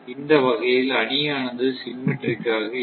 இந்த வகையில் அணியானது சிம்மெட்ரிக் ஆக இல்லை